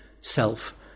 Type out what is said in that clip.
self